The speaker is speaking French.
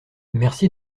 merci